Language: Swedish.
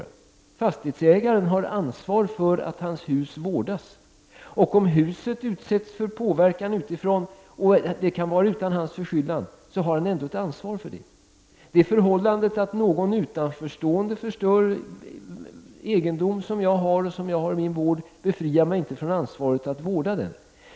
En fastighetsägare har ansvaret för att hans hus vårdas. Om huset skulle utsättas för påverkan utifrån -- även om det sker utan fastighetsägarens förskyllan -- har han ett ansvar härvidlag. Det förhållandet att någon utomstående förstör egendom som är min och som jag har att vårda befriar mig inte från ansvaret att vårda den.